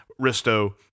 Risto